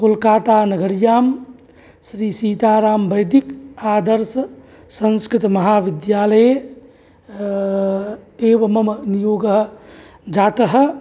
कोल्कातानगर्यां श्रीसीतारामवैदिक आदर्शसंस्कृतमहाविद्यालये एव मम नियोगः जातः